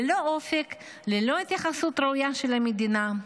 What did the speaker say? ללא אופק, ללא ההתייחסות ראויה של המדינה?